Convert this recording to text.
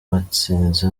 batsinze